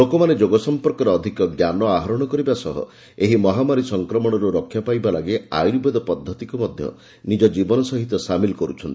ଲୋକମାନେ ଯୋଗ ସମ୍ପର୍କରେ ଅଧିକ ଜ୍ଞାନ ଆହରଣ କରିବା ସହ ଏହି ମହାମାରୀ ସଂକ୍ରମଣରୁ ରକ୍ଷା ପାଇବା ଲାଗି ଆୟୁର୍ବେଦ ପଦ୍ଧତିକୁ ମଧ୍ୟ ନିଜ ଜୀବନ ସହିତ ସାମିଲ କରୁଛନ୍ତି